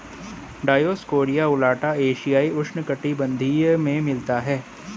Dioscorea alata एशियाई उष्णकटिबंधीय में मिलता है